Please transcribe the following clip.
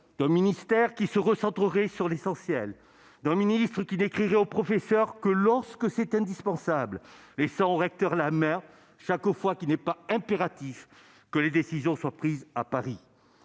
d'un ministère qui se recentrerait sur l'essentiel, d'un ministre qui n'écrirait aux professeurs que lorsque c'est indispensable, laissant la main aux recteurs chaque fois qu'il n'est pas impératif que les décisions soient prises à Paris.